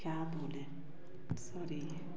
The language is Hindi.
क्या बोलें अब सॉरी